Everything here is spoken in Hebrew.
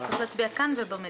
צריך להצביע כאן ובמליאה.